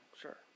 Sure